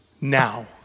now